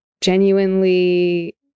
genuinely